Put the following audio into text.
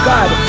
God